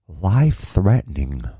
Life-threatening